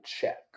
check